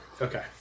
Okay